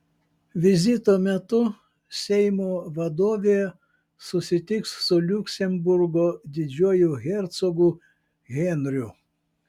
vizito metu seimo vadovė susitiks su liuksemburgo didžiuoju hercogu henriu